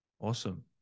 Awesome